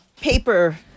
paper